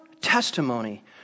testimony